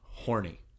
Horny